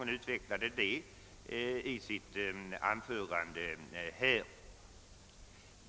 Hon utvecklade det också i sitt anförande här.